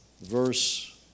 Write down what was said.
verse